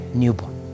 newborn